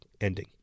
ending